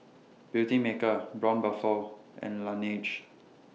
Beautymaker Braun Buffel and Laneige